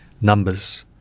numbers